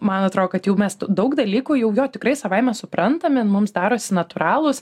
man atrodo kad jau mest daug dalykų jau jo tikrai savaime suprantami ir mums darosi natūralūs